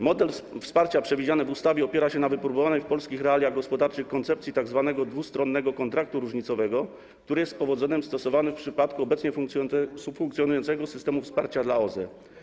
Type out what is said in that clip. Model wsparcia przewidziany w ustawie opiera się na wypróbowanej w polskich realiach gospodarczych koncepcji tzw. dwustronnego kontraktu różnicowego, który z powodzeniem jest stosowany w przypadku obecnie funkcjonującego systemu wsparcia OZE.